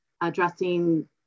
addressing